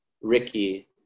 Ricky